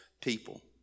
people